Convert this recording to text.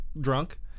Drunk